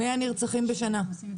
100 נרצחים לשנה.